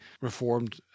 Reformed